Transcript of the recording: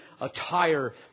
attire